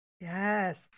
Yes